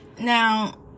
now